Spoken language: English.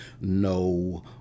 no